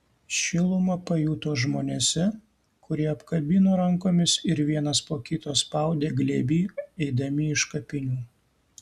šilumą pajuto žmonėse kurie apkabino rankomis ir vienas po kito spaudė glėby eidami iš kapinių